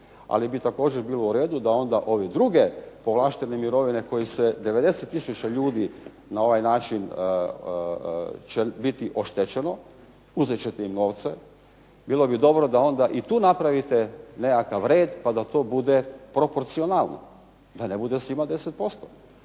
ali bi također bilo u redu da onda ove druge povlaštene mirovine koje se 90 tisuća ljudi na ovaj način će biti oštećeno uzet ćete im novce. Bilo bi dobro da onda i tu napravite nekakav red pa da to bude proporcionalno da ne bude svima 10%.